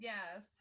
Yes